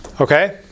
Okay